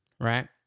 right